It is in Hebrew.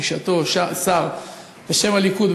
ובשעתו היה שר בשם הליכוד,